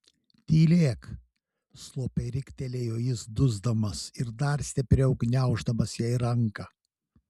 tylėk slopiai riktelėjo jis dusdamas ir dar stipriau gniauždamas jai ranką